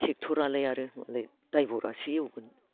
ट्रेक्टरालाय आरो ड्राइभरासो एवगोन